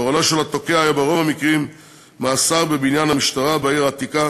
גורלו של התוקע היה ברוב המקרים מאסר בבניין המשטרה בעיר העתיקה,